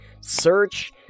search